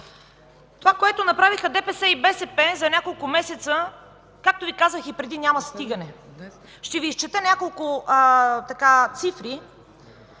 Това, което направиха ДПС и БСП за няколко месеца, както Ви казах и преди, няма стигане! Ще Ви изчета няколко цифри: